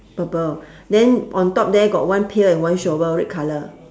purple then on top there got one pail and one shovel red colour